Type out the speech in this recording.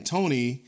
Tony